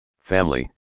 Family